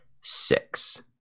six